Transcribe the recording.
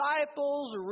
disciples